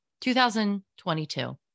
2022